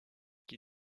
qui